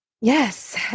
Yes